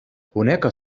هناك